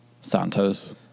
Santos